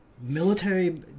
Military